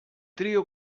trío